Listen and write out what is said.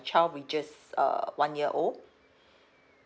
child reaches uh one year old